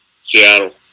Seattle